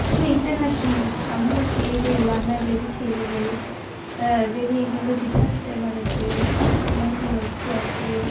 அப்புறோம் international news நம்மூர் செய்திகள் இல்லாமல் வெளி செய்திகள் வெளியே எங்கெங்க டிசாஸ்டர் நடக்குது எங்கெங்க எர்த்குவக்